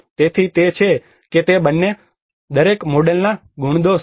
તેથી તે તે છે કે તે બંને દરેક મોડેલના ગુણદોષ છે